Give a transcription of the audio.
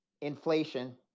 inflation